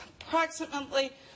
approximately